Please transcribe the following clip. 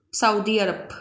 Saudi Arab